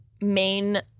main